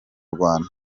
rwanda